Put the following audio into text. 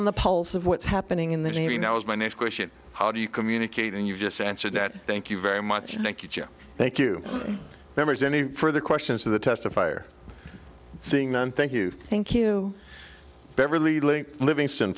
on the pulse of what's happening in the navy now is my next question how do you communicate and you just answered that thank you very much thank you thank you members any further questions of the testifier seeing them thank you thank you beverly ling livingston